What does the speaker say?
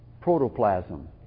protoplasm